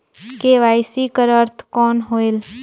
KYC कर अर्थ कौन होएल?